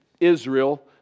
Israel